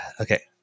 okay